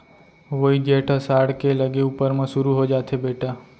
वोइ जेठ असाढ़ के लगे ऊपर म सुरू हो जाथे बेटा